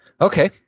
Okay